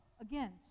again